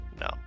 no